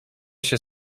się